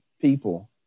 people